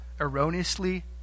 erroneously